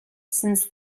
since